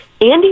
Andy